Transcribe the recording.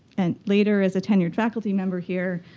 and later, as a tenured faculty member here,